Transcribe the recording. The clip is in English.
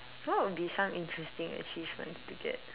what would be some interesting achievements to get